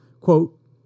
Quote